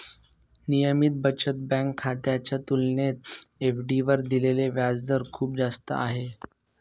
नियमित बचत बँक खात्याच्या तुलनेत एफ.डी वर दिलेला व्याजदर खूप जास्त आहे